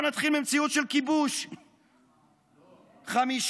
במציאות שבה אנחנו חיים זה כמו,